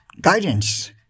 guidance